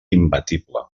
imbatible